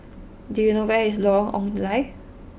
do you know where is Lorong Ong Lye